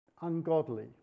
ungodly